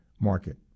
market